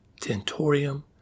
tentorium